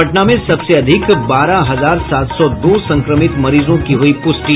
पटना में सबसे अधिक बारह हजार सात सौ दो संक्रमित मरीजों की हुई पुष्टि